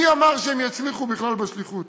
מי אמר שהם יצליחו בכלל בשליחות?